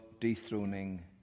dethroning